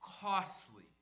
costly